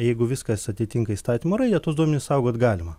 jeigu viskas atitinka įstatymo raidę tuos duomenis saugot galima